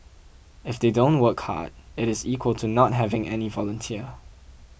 if they don't work hard it is equal to not having any volunteer